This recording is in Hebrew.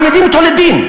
היו מעמידים אותו לדין.